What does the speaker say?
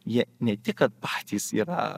jie ne tik kad patys yra